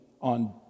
on